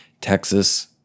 Texas